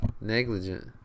negligent